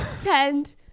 tend